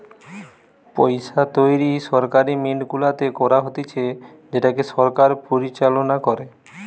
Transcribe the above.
পইসা তৈরী সরকারি মিন্ট গুলাতে করা হতিছে যেটাকে সরকার পরিচালনা করে